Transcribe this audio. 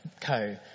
co